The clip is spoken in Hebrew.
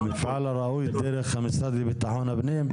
המפעל הראוי זה דרך המשרד לביטחון פנים?